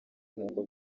nk’uko